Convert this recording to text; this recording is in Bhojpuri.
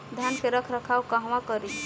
धान के रख रखाव कहवा करी?